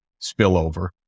spillover